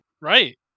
Right